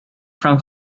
from